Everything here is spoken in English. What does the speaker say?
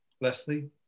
Leslie